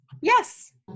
Yes